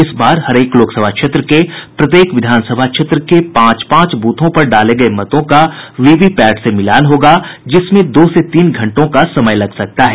इस बार हरेक लोकसभा क्षेत्र के प्रत्येक विधानसभा क्षेत्र के पांच पांच ब्रथों पर डाले गये मतों का वीवीपैट से मिलान होगा जिसमें दो से तीन घंटों का समय लग सकता है